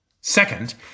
Second